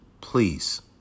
Please